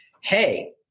Hey